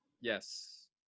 yes